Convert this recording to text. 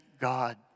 God